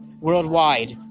worldwide